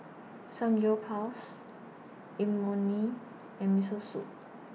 Samgyeopsal Imoni and Miso Soup